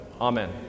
Amen